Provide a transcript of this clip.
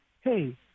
hey